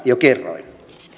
jo kerroin